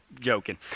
joking